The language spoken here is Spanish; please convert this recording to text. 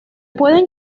pueden